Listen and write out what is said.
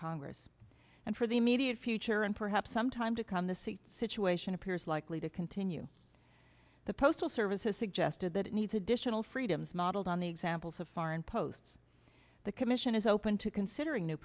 congress and for the immediate future and perhaps some time to come the seat situation appears likely to continue the postal service has suggested that it needs additional freedoms modeled on the examples of foreign posts the commission is open to considering new